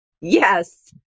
yes